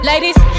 Ladies